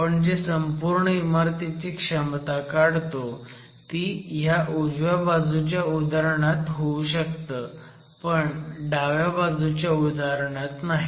आपण जे संपूर्ण इमारतीची क्षमता काढतो ती ह्या उजव्या बाजूच्या उदाहरणात होऊ शकते पण डाव्या बाजूच्या उदाहरणात नाही